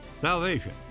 Salvation